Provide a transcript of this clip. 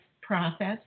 process